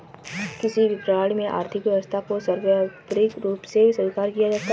किसी भी प्रणाली में आर्थिक व्यवस्था को सर्वोपरी रूप में स्वीकार किया जाता है